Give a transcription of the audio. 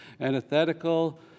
antithetical